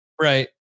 Right